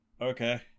okay